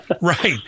Right